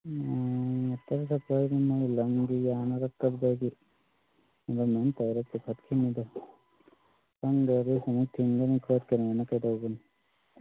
ꯎꯝ water ꯁꯄ꯭ꯂꯥꯏꯒꯤ ꯃꯣꯏ ꯂꯝꯒꯤ ꯌꯥꯅꯔꯛꯇꯕꯗꯒꯤ ꯒꯃꯦꯟ ꯇꯧꯔ ꯄꯨꯈꯠꯈꯤꯃꯤꯗ ꯈꯪꯗꯦ ꯑꯗꯨ ꯁꯨꯃꯥꯏ ꯊꯤꯡꯒꯅꯤ ꯈꯣꯠꯀꯅꯦꯅ ꯀꯩꯗꯧꯕꯅꯤ